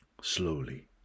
slowly